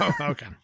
okay